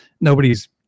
nobody's